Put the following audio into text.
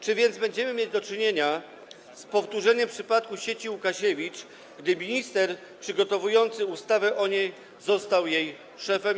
Czy więc będziemy mieli do czynienia z powtórzeniem przypadku sieci Łukasiewicz, gdy minister przygotowujący ustawę o niej został jej szefem?